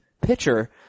pitcher